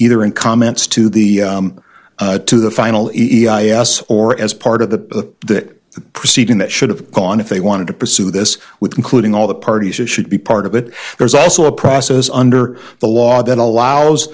either in comments to the to the final e i a s or as part of the proceeding that should have gone if they wanted to pursue this with including all the parties who should be part of it there's also a process under the law that allows